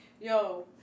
Yo